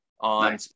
On